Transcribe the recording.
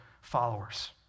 followers